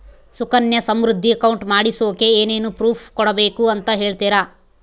Sukanya Samriddhi account ಮಾಡಿಸೋಕೆ ಏನೇನು proof ಕೊಡಬೇಕು ಅಂತ ಹೇಳ್ತೇರಾ?